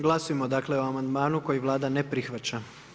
Glasujmo dakle o amandmanu koji Vlada ne prihvaća.